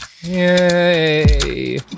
Yay